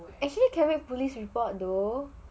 actually can make police report you know